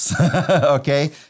okay